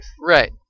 Right